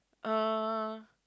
uh